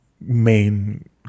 main